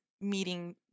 meeting